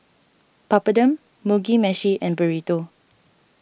Papadum Mugi Meshi and Burrito